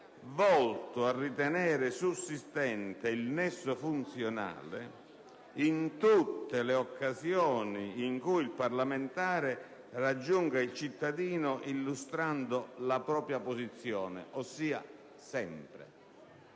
volto a ritenere sussistente il nesso funzionale in tutte le occasioni in cui il parlamentare raggiunga il cittadino illustrando la propria posizione, ossia sempre.